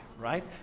right